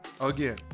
again